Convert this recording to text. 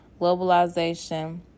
globalization